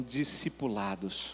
discipulados